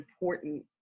important